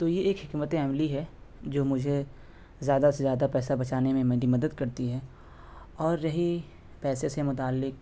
تو یہ ایک حکمت عملی ہے جو مجھے زیادہ سے زیادہ پیسہ بچانے میں میری مدد کرتی ہے اور رہی پیسے سے متعلق